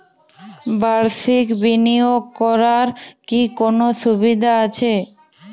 বাষির্ক বিনিয়োগ করার কি কোনো সুবিধা আছে?